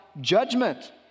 judgment